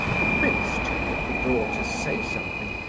the prince turned at the door to say something,